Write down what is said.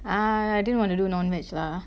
ah didn't want to do non veg lah